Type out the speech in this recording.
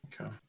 Okay